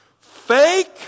fake